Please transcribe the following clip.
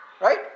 Right